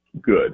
good